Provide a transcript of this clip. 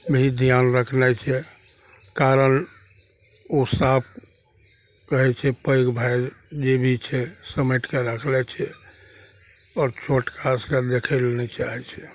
भी ध्यान रखनाइ छै कारण ओ साफ कहय छै पैघ भाय जे भी छै समेट कए राखले छै आओर छोट खास कए देखय लए नहि चाहय छै